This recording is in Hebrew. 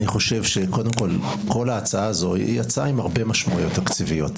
אני חושב שכל ההצעה הזו היא הצעה עם הרבה משמעויות תקציביות.